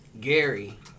Gary